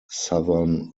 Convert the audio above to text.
southern